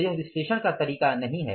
तो यह विश्लेषण का तरीका नहीं है